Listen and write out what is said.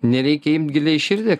nereikia imt giliai širdį